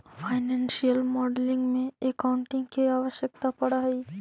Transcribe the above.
financial modelling में accounting के आवश्यकता पड़ऽ हई